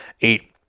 eight